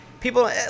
People